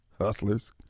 hustlers